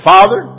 Father